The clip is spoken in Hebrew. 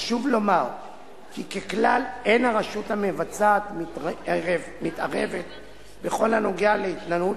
חשוב לומר כי ככלל אין הרשות המבצעת מתערבת בכל הנוגע להתנהלות